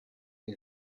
est